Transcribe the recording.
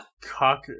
cock